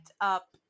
up